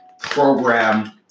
program